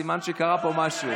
סימן שקרה פה משהו.